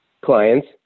clients